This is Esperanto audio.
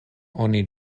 oni